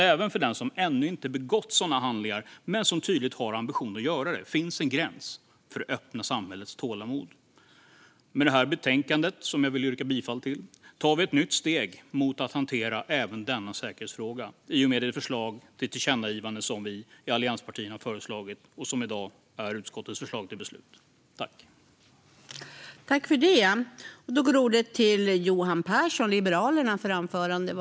Även för den som ännu inte har begått sådana handlingar men har en tydlig ambition att göra det finns en gräns för det öppna samhällets tålamod. Jag vill yrka bifall till utskottets förslag. I och med det förslag till tillkännagivande som vi i allianspartierna har föreslagit och som i dag är utskottets förslag till beslut tar vi ett nytt steg mot att hantera även denna säkerhetsfråga.